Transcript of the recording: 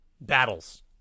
battles